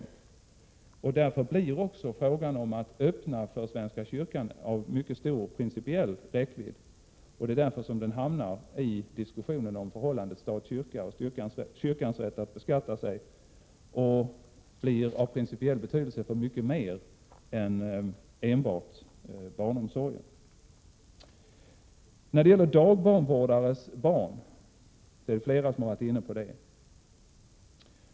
Frågan om att öppna dessa möjligheter också för svenska kyrkan har en mycket stor räckvidd, och det är därför som den hamnar i diskussionen om förhållandet stat—kyrka och om kyrkans beskattningsrätt. Den har principiell betydelse för mycket mer än enbart barnomsorgen. Flera talare har varit inne på frågan om dagbarnvårdares barn.